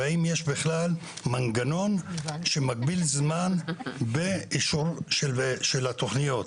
ואם יש בכלל מנגנון שמגביל זמן באישור של התכניות.